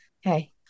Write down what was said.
Hey